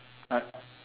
I